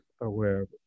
aware